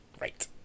Right